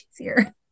easier